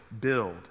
build